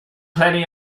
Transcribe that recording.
plenty